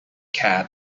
cat